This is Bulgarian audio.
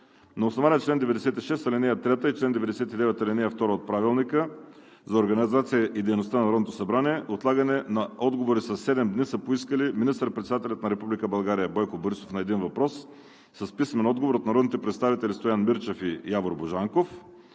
На основание чл. 96, ал. 3 и чл. 99, ал. 2 от Правилника за организацията и дейността на Народното събрание отлагане на отговори със седем дни са поискали: - министър-председателят на Република България Бойко Борисов – на един въпрос с писмен отговор от народните представители Стоян Мирчев и Явор Божанков;